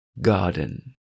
Garden